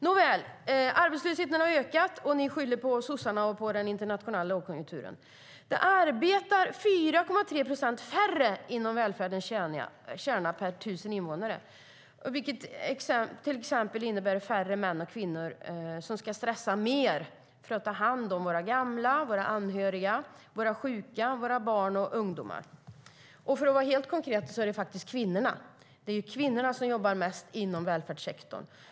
Nåväl, arbetslösheten har ökat och ni skyller på Socialdemokraterna och på den internationella lågkonjunkturen. Det arbetar 4,3 procent färre inom välfärden räknat per 1 000 invånare, vilket till exempel innebär färre män och kvinnor som ska stressa mer för att ta hand om våra gamla, våra anhöriga, våra sjuka, våra barn och ungdomar. För att vara konkret handlar det om kvinnorna. Det är kvinnorna som huvudsakligen jobbar inom välfärdssektorn.